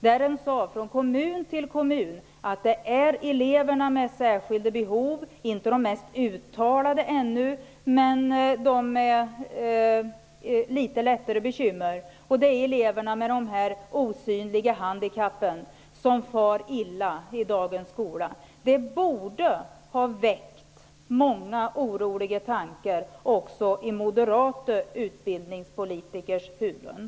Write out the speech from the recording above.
Kommun efter kommun sade att det är eleverna med särskilda behov -- de med litet lättare bekymmer och de med de osynliga handikappen -- som far illa i dagens skola. Det borde ha väckt många oroliga tankar också i moderata utbildningspolitikers huvuden.